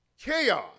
chaos